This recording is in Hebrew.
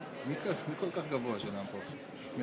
אני מודה שכשניסחתי את דברי ההסבר לחוק-יסוד: הכנסת,